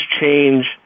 change